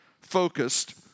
Focused